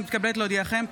אני מתכבדת להודיעכם,